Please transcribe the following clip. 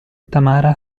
tamara